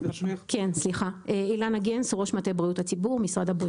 החובות שהטלנו במסגרת עדכון התקנות לגבי הפעלה של